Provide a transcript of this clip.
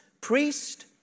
priest